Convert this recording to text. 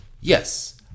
yes